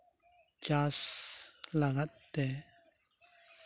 ᱪᱟᱥ ᱞᱟᱜᱟᱫ ᱛᱮ